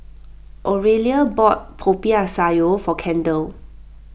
Oralia bought Popiah Sayur for Kendal